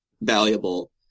valuable